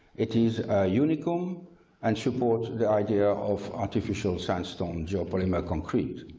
it is a unicum and supports the idea of artificial sandstone geopolymer concrete.